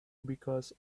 because